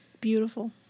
beautiful